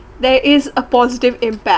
there is a positive impact